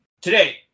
Today